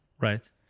Right